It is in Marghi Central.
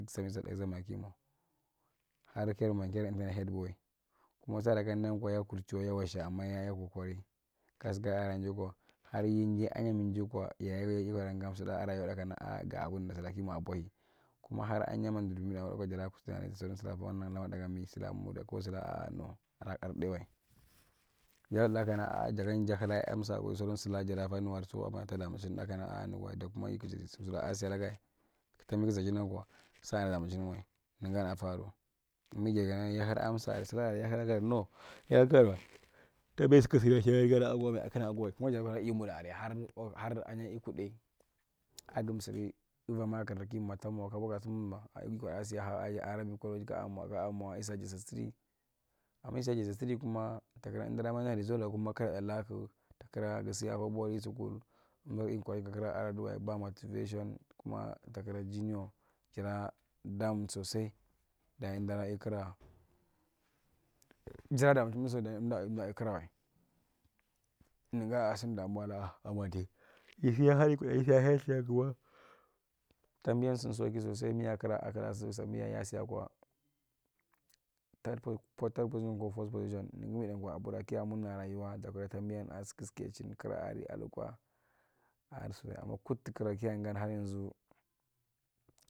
Duk samisa ka yakyazam ra kimwa harkayar mwa kana emta nai headboy kuma sara kamdu naiyan yenyichu wadza amu yekokori kasu kaara jaekwa har yanji aaren jaikwa yayeke yabara gamsutda akwa rayuwadu kana ga abunda suraa kaa mwa bohii kuma har ahenya mandur emi area wurida kwa dara nukutu sulaa a’a no adu’daiwae jar wul nakka kana jagan ja hullai amsa si da sauran sulaa jara bar nuwale ama tadamae’ chinda kana nuguwae dakuma ‘ sigi simsi alagae ka tambi kasan chingan kwa sulaan da damichin wae nugarae faru nigi jirnu kana ye hil amsa’arae sulaa area kanu sulaa area no yeletika tayim’wae kuma jar nu kana imudu’area har ahenyae yi kudai, aa gumsuri eva maakir’ra kumwa tamwawae kama ki kwaddaa siyaakwa arabic tiches collige kamwa ki siyakw jss tiree ama isia’kwa jss 3 kuma tikira emdada manna resulwa kuma kira’da laku tikura gisiakwa bodi scull emdur incourig’ngu ka kira ‘aduwne ba motivation kuma tikura jinior jaradamu sosai dayi emdadawi kira dayi emda emdaadawi kirama nigan a sin damuwa la’a tambian sin soki sosai miya kira kiraa so sambia’ye yasikwa tard po thar pocision ko fors pocision nigime nira kia murna rayuwa aka tambian asi kis kejin kira area ah lukwa aa suwa ama kuttu gira kiyan’gan har yanzu.